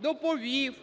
доповів,